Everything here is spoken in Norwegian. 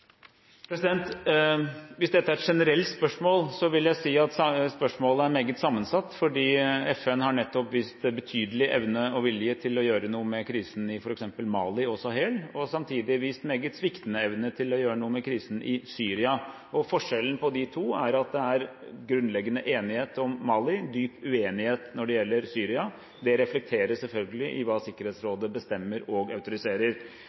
et generelt spørsmål, vil jeg si at spørsmålet er meget sammensatt. FN har nettopp vist betydelig evne og vilje til å gjøre noe med krisen, i f.eks. Mali og Sahel. Samtidig har de vist sviktende evne til å gjøre noe med krisen i Syria. Og forskjellen på de to er at det er grunnleggende enighet om Mali og dyp uenighet når det gjelder Syria. Det reflekterer selvfølgelig i hva Sikkerhetsrådet bestemmer og autoriserer.